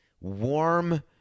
warm